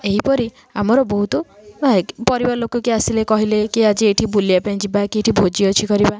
ଏହିପରି ଆମର ବହୁତ ପରିବାର ଲୋକ କିଏ ଆସିଲେ କହିଲେ କି ଆଜି ଏଇଠି ବୁଲିବା ପାଇଁ ଯିବା କି ଏଇଠି ଭୋଜି ଅଛି କରିବା